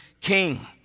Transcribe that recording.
king